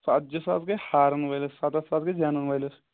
ژَتجِی ساس گٔیے ہارَن وٲلِس سَتَتھ ساس گٔیے زینن وٲلِس